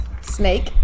Snake